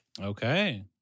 Okay